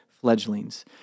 fledglings